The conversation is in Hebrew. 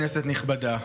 כנסת נכבדה,